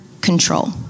control